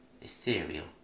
ethereal